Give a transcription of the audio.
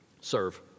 serve